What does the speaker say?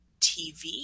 TV